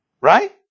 Right